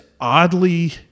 oddly